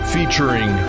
Featuring